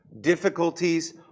difficulties